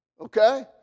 Okay